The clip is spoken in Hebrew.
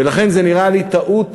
ולכן, זה נראה לי טעות